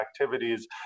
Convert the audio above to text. activities